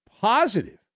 positive